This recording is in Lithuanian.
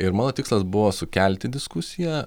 ir mano tikslas buvo sukelti diskusiją